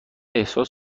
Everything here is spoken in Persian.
احساس